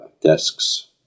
desks